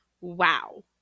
Wow